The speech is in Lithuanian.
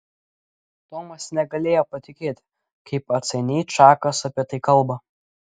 tomas negalėjo patikėti kaip atsainiai čakas apie tai kalba